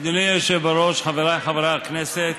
אדוני היושב-ראש, חבריי חברי הכנסת,